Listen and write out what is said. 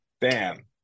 bam